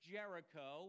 Jericho